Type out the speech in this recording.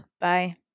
Bye